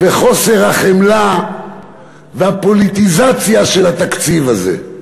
וחוסר החמלה והפוליטיזציה של התקציב הזה.